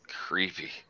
creepy